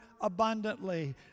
abundantly